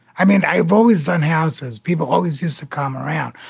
i mean, i've always done houses. people always used to come around.